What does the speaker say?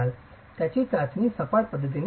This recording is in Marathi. त्याची चाचणी सपाट पद्धतीने केली जाते